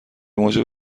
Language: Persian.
موجب